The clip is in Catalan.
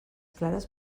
clares